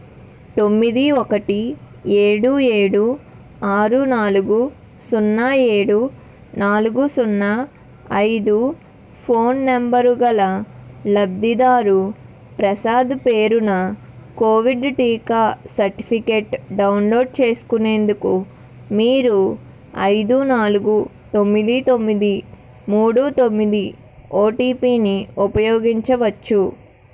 తొమ్మిది ఒకటి ఏడు ఏడు ఆరు నాలుగు సున్నా ఏడు నాలుగు సున్నా ఐదు ఫోన్ నెంబరు గల లబ్ధిదారు ప్రసాద్ పేరున కోవిడ్ టీకా సర్టిఫికెట్ డౌన్లోడ్ చేసుకునేందుకు మీరు ఐదు నాలుగు తొమ్మిది తొమ్మిది మూడు తొమ్మిది ఓటీపీని ఉపయోగించవచ్చు